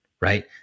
right